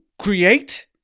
create